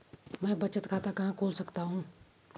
मैं बचत खाता कहां खोल सकता हूँ?